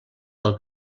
del